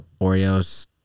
Oreo's